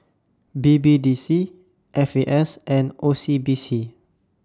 B B D C F A S and O C B C